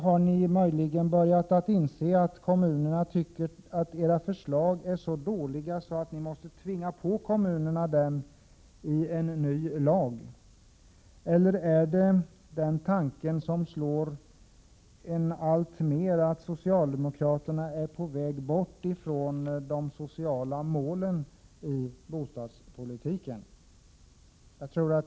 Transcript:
Har ni möjligen börjat inse att kommunerna tycker att era förslag är så dåliga att ni måste tvinga dem på kommunerna i en ny lag? Är det så som det alltmer slår en att socialdemokraterna är på väg bort ifrån de sociala målen i bostadspolitiken?